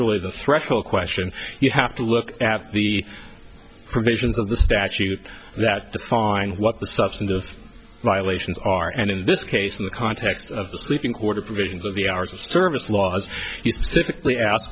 really the threshold question you have to look at the provisions of the statutes that define what the substantive violations are and in this case in the context of the sleeping quarters provisions of the hours of service laws you